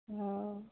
नहि